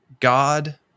God